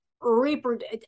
reproduce